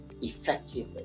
effectively